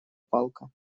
палка